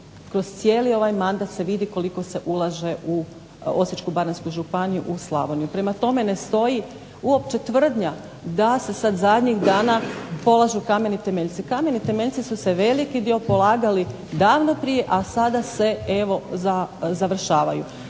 kroz cijeli ovaj mandat se vidi koliko se ulaže u Osječko-baranjsku županiju u Slavoniju. Prema tome, ne stoji uopće tvrdnja da se zadnjih dana polažu kameni temeljci. Kameni temeljci su se veliki dio polagali davno prije, a sada se završavaju.